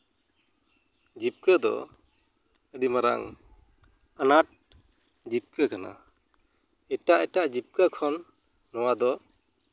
ᱡᱤᱵᱽᱠᱟᱹ ᱫᱚ ᱟᱹᱰᱤ ᱢᱟᱨᱟᱝ ᱟᱱᱟᱴ ᱡᱤᱵᱽᱠᱟᱹ ᱠᱟᱱᱟ ᱮᱴᱟᱜ ᱮᱴᱟᱜ ᱡᱤᱵᱽᱠᱟᱹ ᱠᱷᱚᱱ ᱱᱚᱣᱟ ᱫᱚ